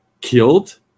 killed